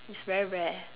it's very rare